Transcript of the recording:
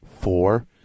four